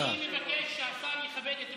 (הישיבה נפסקה בשעה